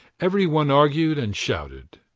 every one argued and shouted,